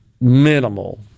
minimal